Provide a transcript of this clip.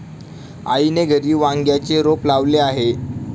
आईने घरी वांग्याचे रोप लावले आहे